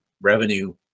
revenue